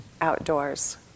outdoors